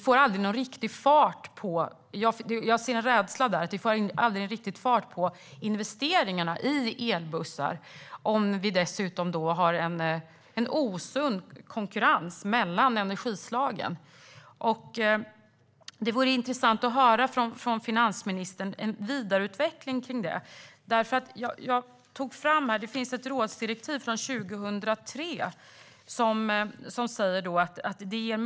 Jag ser en rädsla för att vi aldrig får riktig fart på investeringarna i elbussar om det dessutom är en osund konkurrens mellan energislagen. Det vore intressant att höra en vidareutveckling av detta från finansministern.